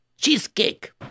cheesecake